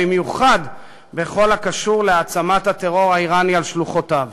במיוחד בכל הקשור להעצמת הטרור האיראני על שלוחותיו.